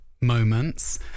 moments